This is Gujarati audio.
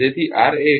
તેથી આર એ 1